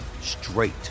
straight